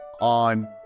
On